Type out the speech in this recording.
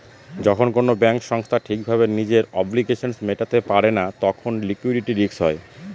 যখন কোনো ব্যাঙ্ক সংস্থা ঠিক ভাবে নিজের অব্লিগেশনস মেটাতে পারে না তখন লিকুইডিটি রিস্ক হয়